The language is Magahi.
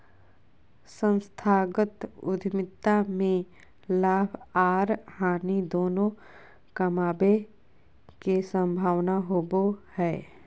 संस्थागत उद्यमिता में लाभ आर हानि दोनों कमाबे के संभावना होबो हय